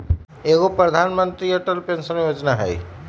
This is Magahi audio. एगो प्रधानमंत्री अटल पेंसन योजना है?